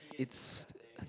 it's